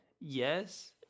Yes